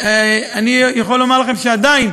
אני יכול לומר לכם שעדיין